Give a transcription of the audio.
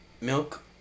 milk